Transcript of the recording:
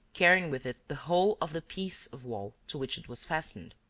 carrying with it the whole of the piece of wall to which it was fastened.